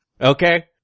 Okay